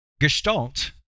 Gestalt